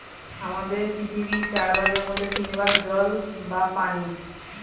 আমাদের পৃথিবীর চার ভাগের মধ্যে তিন ভাগ জল বা পানি